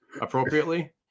appropriately